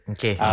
Okay